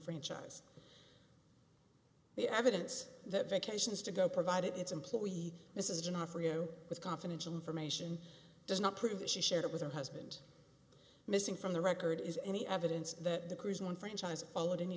franchise the evidence that vacations to go provided its employee this is an offer you with confidential information does not prove that she shared it with her husband missing from the record is any evidence that the cruise one franchise followed any